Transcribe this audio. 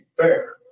fair